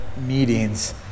Meetings